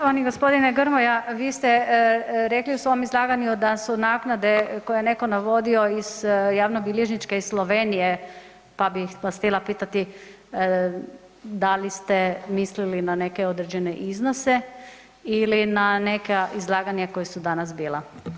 Poštovani g. Grmoja, vi ste rekli u svom izlaganju da su naknade koje je neko navodio iz javnobilježničke iz Slovenije, pa bih vas htjela pitati da li ste mislili na neke određene iznose ili na neka izlaganja koja su danas bila?